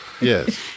Yes